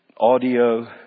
audio